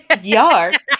yard